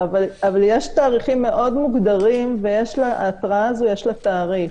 -- אבל יש תאריכים מאוד מוגדרים ולהתראה הזו יש תאריך,